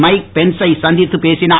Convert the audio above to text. mic பென்சை சந்தித்து பேசினார்